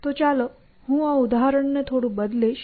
તો ચાલો હું આ ઉદાહરણ ને થોડું બદલીશ